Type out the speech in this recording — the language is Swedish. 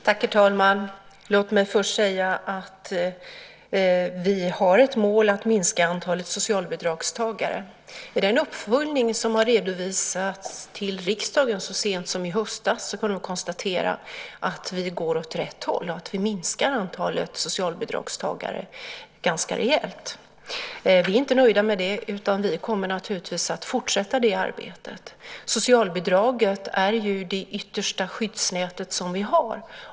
Herr talman! Låt mig först säga att vi har ett mål att minska antalet socialbidragstagare. I den uppföljning som har redovisats till riksdagen så sent som i höstas kan vi konstatera att vi går åt rätt håll och minskar antalet socialbidragstagare ganska rejält. Vi är inte nöjda med det. Vi kommer naturligtvis att fortsätta det arbetet. Socialbidraget är det yttersta skyddsnätet som vi har.